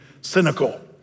cynical